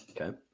Okay